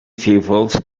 pupils